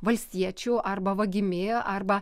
valstiečiu arba vagimi arba